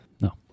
No